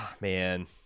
man